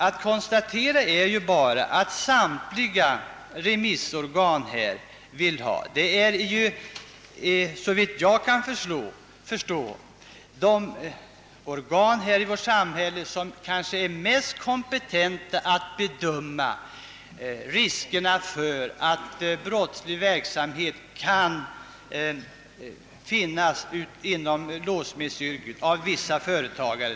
Att konstatera är bara att samtliga remissinstanser — vilka såvitt jag förstår är de organ som har den största kompetensen att bedöma riskerna för brottslig verksamhet av ej redbara företagare inom låssmedsyrket — tillstyrkt motionsförslaget.